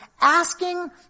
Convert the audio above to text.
asking